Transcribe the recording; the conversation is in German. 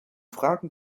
fragen